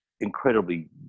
incredibly